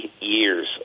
years